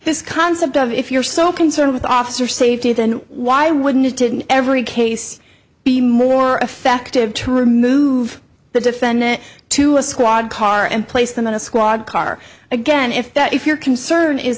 this concept of if you're so concerned with officer safety then why wouldn't didn't every case be more effective to remove the defendant to a squad car and place them in a squad car again if that if your concern is